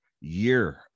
year